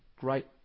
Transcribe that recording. great